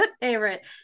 favorite